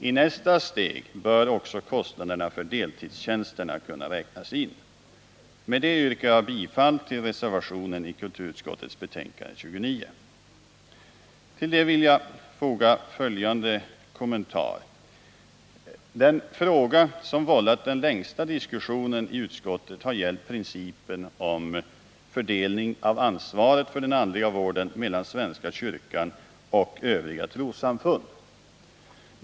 I nästa steg bör också kostnaderna för deltidstjänsterna kunna räknas in. Med detta yrkar jag bifall till reservationen i kulturutskottets betänkande 29. Till detta vill jag foga följande kommentarer. Den fråga som vållat den längsta diskussionen i utskottet har gällt principen om fördelning av ansvaret för den andliga vården mellan svenska kyrkan och övriga trossamfund.